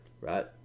right